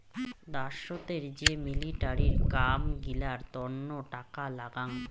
দ্যাশোতের যে মিলিটারির কাম গিলার তন্ন টাকা লাগাং